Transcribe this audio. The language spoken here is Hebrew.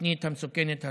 התוכנית המסוכנת הזאת.